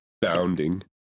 Bounding